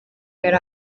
yari